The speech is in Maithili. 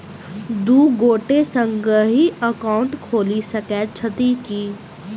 दु गोटे संगहि एकाउन्ट खोलि सकैत छथि की?